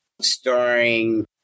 starring